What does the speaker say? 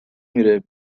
میره